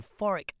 euphoric